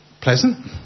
pleasant